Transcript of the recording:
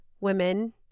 women